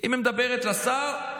אם היא מדברת לשר,